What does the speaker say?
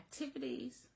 activities